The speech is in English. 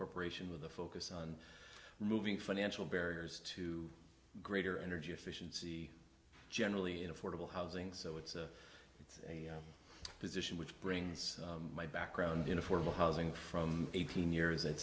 corporation with a focus on moving financial barriers to greater energy efficiency generally in affordable housing so it's a it's a position which brings my background in affordable housing from eighteen years a